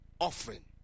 offering